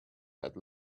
had